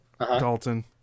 Dalton